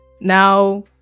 now